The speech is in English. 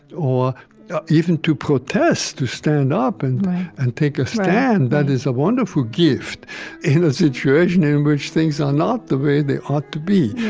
or even to protest, to stand up and and take a stand that is a wonderful gift in a situation in which things are not the way they ought to be.